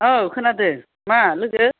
औ खोनादो मा लोगो